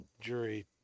jury